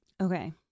Okay